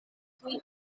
tuj